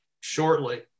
shortly